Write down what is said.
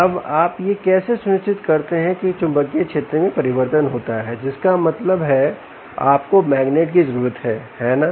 अब आप यह कैसे सुनिश्चित करते हैं कि चुंबकीय क्षेत्र में परिवर्तन होता है जिसका मतलब है कि आप को मैग्नेट की जरूरत है है ना